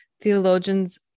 theologians